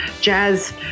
jazz